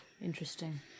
interesting